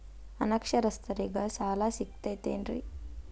ಅನಕ್ಷರಸ್ಥರಿಗ ಸಾಲ ಸಿಗತೈತೇನ್ರಿ?